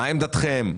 מה עמדתכם?